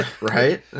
right